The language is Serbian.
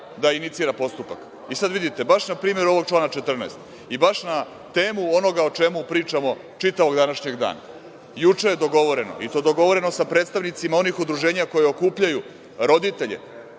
da inicira postupak. Sad vidite baš na primeru ovog člana 14. i baš na temu onoga o čemu pričamo čitavog današnjeg dana. Juče je dogovoreno, i to dogovoreno sa predstavnicima onih udruženja koja okupljaju roditelje,